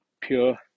pure